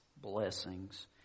blessings